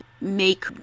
make